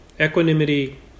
Equanimity